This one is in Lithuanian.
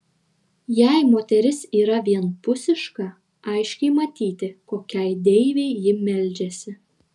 jei moteris yra vienpusiška aiškiai matyti kokiai deivei ji meldžiasi